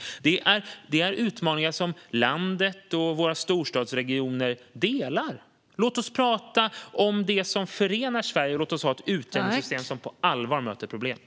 Det är utmaningar som landet och våra storstadsregioner delar. Låt oss prata om det som förenar Sverige, och låt oss ha ett utjämningssystem som på allvar möter problemen.